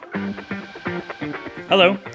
Hello